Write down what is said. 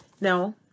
Now